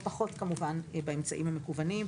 ופחות, כמובן, באמצעים המקוונים.